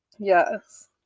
Yes